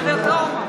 רק שאלה.